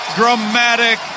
dramatic